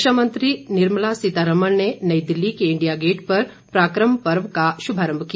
रक्षा मंत्री निर्मला सीतारामन ने नई दिल्ली के इंडिया गेट पर पराक्रम पर्व का शुभारंभ किया